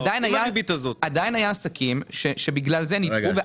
עדיין היו עסקים שבגלל זה נדחו.